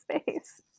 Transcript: space